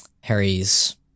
Harry's